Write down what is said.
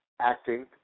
acting